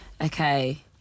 okay